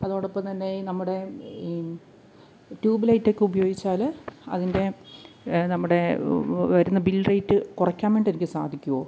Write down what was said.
അതോടൊപ്പം തന്നെ ഈ നമ്മുടെ ട്യൂബിലൈറ്റൊക്കെ ഉപയോഗിച്ചാല് അതിൻ്റെ നമ്മടെ വ വരുന്നേ ബിൽ റേറ്റ് കുറയ്ക്കാൻ വേണ്ടി എനിക്ക് സാധിക്കോ